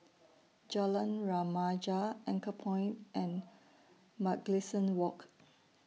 Jalan Remaja Anchorpoint and Mugliston Walk